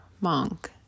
Monk